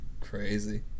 Crazy